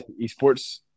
eSports